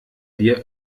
dir